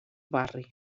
barri